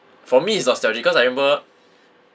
for me it's nostalgic cause I remember